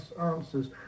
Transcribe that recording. answers